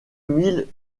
mille